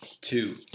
Two